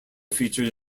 featured